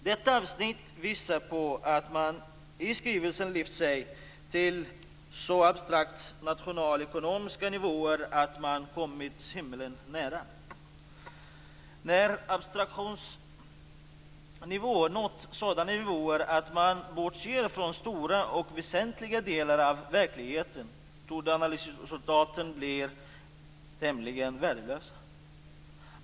Detta avsnitt visar på att man i skrivelsen lyft sig till så abstrakt nationalekonomiska nivåer att man kommit himlen nära. När abstrationsnivån nått sådana nivåer att man bortser från stora och väsentliga delar av verkligheten torde analysresultaten bli tämligen värdelösa.